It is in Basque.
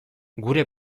gure